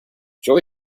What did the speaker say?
joy